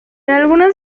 algunas